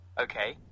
Okay